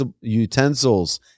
utensils